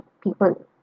People